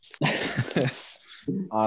Awesome